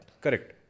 Correct